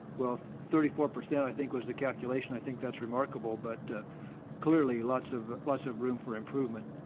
while thirty four percent i think was the calculation, i think that's remarkable, but clearly lots of lots of room for improvement.